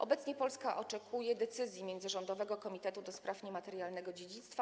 Obecnie Polska oczekuje decyzji międzyrządowego komitetu do spraw niematerialnego dziedzictwa.